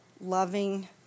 loving